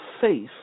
faith